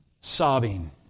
sobbing